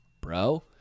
bro